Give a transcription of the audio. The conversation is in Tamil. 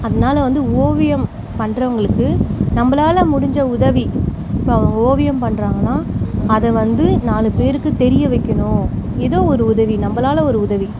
அதனால வந்து ஓவியம் பண்றவங்களுக்கு நம்மளால முடிஞ்ச உதவி பா அவங்க ஓவியம் பண்றாங்கன்னா அதை வந்து நாலு பேருக்கு தெரிய வைக்கணும் எதோ ஒரு உதவி நம்மளால ஒரு உதவி